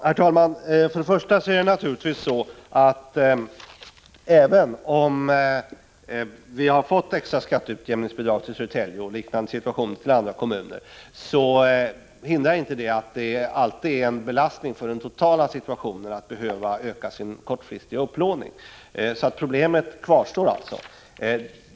Herr talman! Även om Södertälje och kommuner i liknande situationer har fått extra skatteutjämningsbidrag, hindrar inte det att det alltid är en belastning totalt för kommunen att behöva öka sin kortfristiga upplåning. Problemet kvarstår alltså.